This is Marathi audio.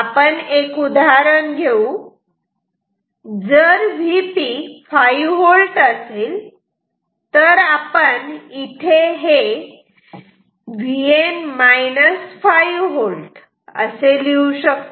आपण एक उदाहरण घेऊ जर Vp 5V असेल तर आपण इथे हे V असे लिहू शकतो